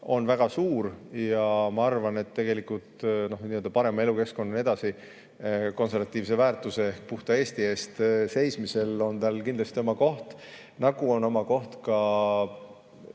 on väga suur. Ma arvan, et parema elukeskkonna ja nii edasi, konservatiivse väärtuse ehk puhta Eesti eest seismisel on tal kindlasti oma koht, nagu on oma koht ka